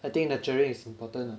I think nurturing is important lah